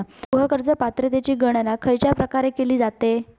गृह कर्ज पात्रतेची गणना खयच्या प्रकारे केली जाते?